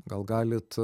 gal galit